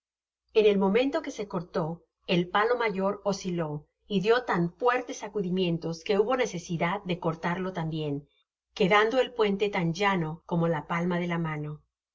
en el momento que se cortó el palo mayor osciló y dio tan fuertes sacadimientos que hubo necesidad de cortarlo tambien quejando el puente tan llano como la palma de la mano